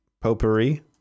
potpourri